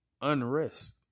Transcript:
unrest